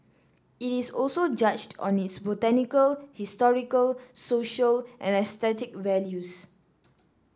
it is also judged on its botanical historical social and aesthetic values